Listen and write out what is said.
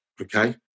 okay